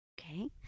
Okay